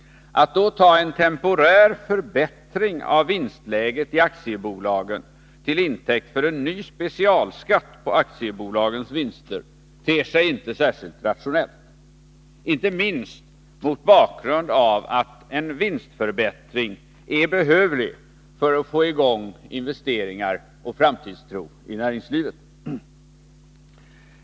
Att då ta en temporär förbättring av vinstläget i aktiebolagen till intäkt för en ny specialskatt på aktiebolagens vinster ter sig inte särskilt rationellt, inte minst mot bakgrund av att en vinstförbättring är behövlig för att man skall få till stånd investeringar och framtidstro i näringslivet.